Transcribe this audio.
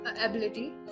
ability